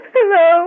Hello